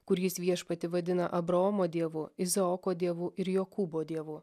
kur jis viešpatį vadina abraomo dievu izaoko dievu ir jokūbo dievu